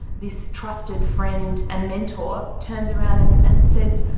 this trusted friend and mentors turns around and and says,